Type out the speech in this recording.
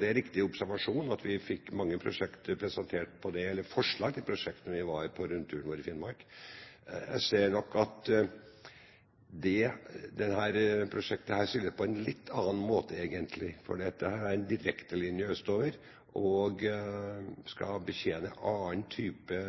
det en riktig observasjon at vi fikk mange forslag til prosjekter da vi var på vår rundtur i Finnmark. Jeg ser nok at dette prosjektet er litt annerledes, egentlig, for dette er en direktelinje østover og skal betjene en annen type